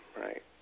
right